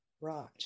Right